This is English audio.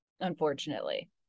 unfortunately